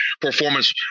performance